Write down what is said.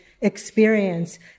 experience